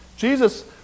Jesus